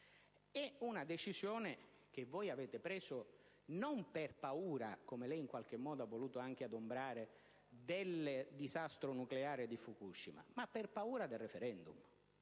moratoria, è stata presa non per paura - come lei in qualche modo ha voluto anche adombrare - del disastro nucleare di Fukushima, ma per paura del *referendum*.